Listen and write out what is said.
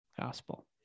gospel